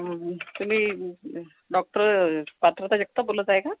तुम्ही डॉक्टर पात्रता जगताप बोलत आहे का